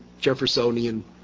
Jeffersonian